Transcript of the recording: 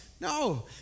No